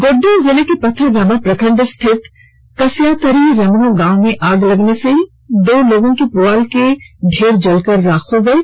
गोड्डा जिले के पथरगामा प्रखंड स्थित कसयातरी रमणों गांव में आग लगने से दो लोगों के प्रआल जलकर राख हो गये